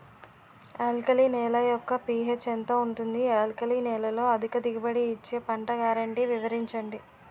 Alkali నేల యెక్క pH ఎంత ఉంటుంది? ఆల్కలి నేలలో అధిక దిగుబడి ఇచ్చే పంట గ్యారంటీ వివరించండి?